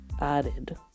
added